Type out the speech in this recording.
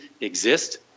exist